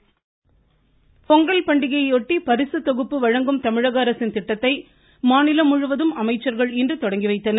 பொங்கல் பரிசு தொகுப்பு பொங்கல் பண்டிகையை ஒட்டி பரிசு தொகுப்பு வழங்கும் தமிழகஅரசின் திட்டத்தை மாநிலம் முழுவதும் அமைச்சர்கள் இன்று தொடங்கி வைத்தனர்